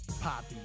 poppy